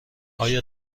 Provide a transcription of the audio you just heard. آیا